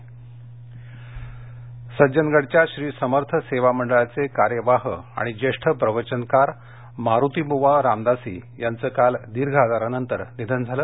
बातमी निधन सज्जनगडच्या श्री समर्थ सेवा मंडळाचे कार्यवाह आणि ज्येष्ठ प्रवचनकार मारूतीबुवा रामदासी यांचं काल दीर्घ आजारानं निधन झाले